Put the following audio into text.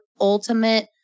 ultimate